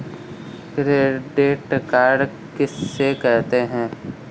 Credit card किसे कहते हैं?